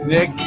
Nick